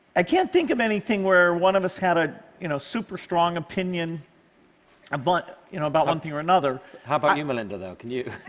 i can't think of anything where one of us had a you know super strong opinion um but you know about one thing or another? ca how about you, melinda, though? can you?